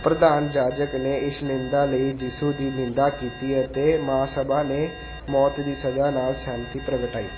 ਪ੍ਰਧਾਨ ਜਾਜਕ ਨੇ ਈਸ਼ਨਿੰਦਾ ਲਈ ਯਿਸੂ ਦੀ ਨਿੰਦਾ ਕੀਤੀ ਅਤੇ ਮਹਾਸਭਾ ਨੇ ਮੌਤ ਦੀ ਸਜ਼ਾ ਨਾਲ ਸਹਿਮਤੀ ਪ੍ਰਗਟਾਈ